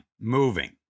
moving